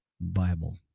bible